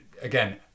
again